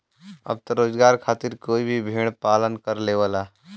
अब त रोजगार खातिर कोई भी भेड़ पालन कर लेवला